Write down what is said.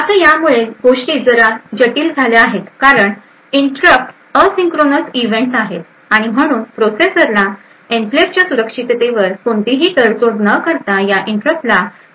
आता यामुळे गोष्टी जरा जटिल झाल्या आहेत कारण इंटरप्ट असिंक्रोनस इव्हेंटस आहेत आणि म्हणून प्रोसेसरला एन्क्लेव्हच्या सुरक्षिततेवर कोणतीही तडजोड न करता या इंटरप्टला सर्व्हिस देणे आवश्यक आहे